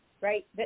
right